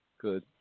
Good